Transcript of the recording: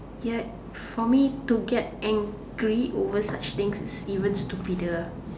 ya for me to get angry over such things is even stupider